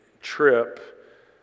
trip